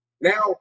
Now